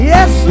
Yes